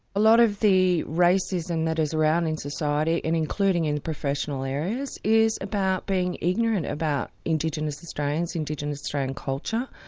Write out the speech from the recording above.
a lot of the racism that is around in society and including in the professional areas is about being ignorant about indigenous australians and indigenous australian culture.